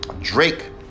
Drake